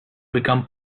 become